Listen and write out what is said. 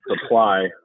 supply